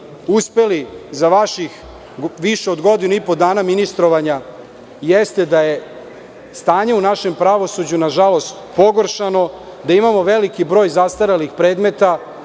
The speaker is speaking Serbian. uspeli za vaših više od godinu i po dana ministrovanja jeste da je stanje u našem pravosuđu nažalost pogoršano, da imamo veliki broj zastarelih predmeta,